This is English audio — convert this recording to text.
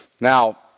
Now